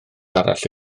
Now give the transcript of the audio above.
arall